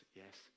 yes